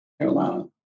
Carolina